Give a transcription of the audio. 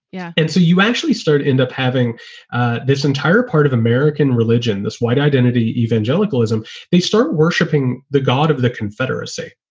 yeah. and so you actually start end up having this entire part of american religion, this white identity evangelicalism. they start worshipping the god of the confederacy,